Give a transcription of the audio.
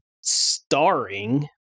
starring